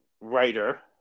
writer